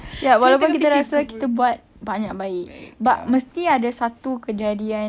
walaupun kita rasa kita buat banyak baik but mesti ada satu kejadian